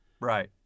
Right